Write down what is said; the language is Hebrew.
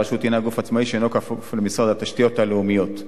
הרשות הינה גוף עצמאי שאינו כפוף למשרד התשתיות הלאומיות.